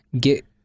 get